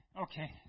Okay